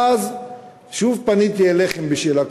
ואז שוב פניתי אליכם בשאלה.